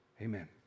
amen